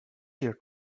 here